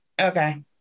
Okay